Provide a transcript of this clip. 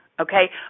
okay